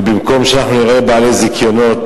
ובמקום שאנחנו נראה בעלי זיכיונות,